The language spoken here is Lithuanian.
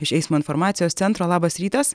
iš eismo informacijos centro labas rytas